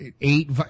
eight